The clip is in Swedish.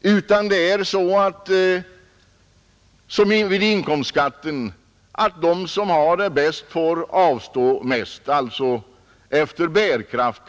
utan det blir på samma sätt som med inkomstskatten, nämligen så att de som har det bäst får avstå mest, dvs. efter bärkraft.